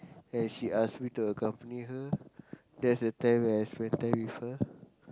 and she ask me to accompany her that's the time when I spend time with her